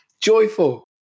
joyful